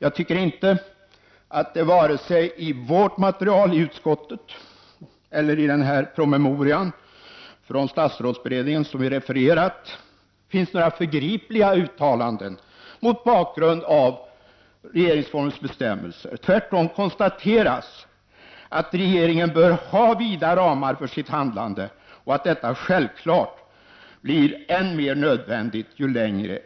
Jag tycker inte att det vare sig i utskottets material eller i den promemoria från statsrådsberedningen som refererats finns några förgripliga uttalanden mot bakgrund av regeringsformens bestämmelser. Tvärtom konstateras det att regeringen bör ha vida ramar för sitt handlande och att detta självfallet blir än mer nödvändigt ju längre